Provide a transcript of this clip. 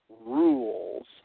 rules